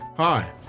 Hi